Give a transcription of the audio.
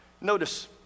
Notice